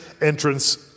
entrance